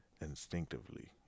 instinctively